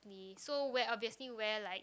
ly so wear obviously wear like